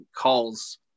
calls